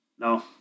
No